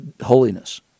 holiness